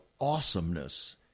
awesomeness